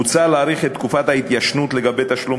הוצע להאריך את תקופת ההתיישנות לגבי תשלום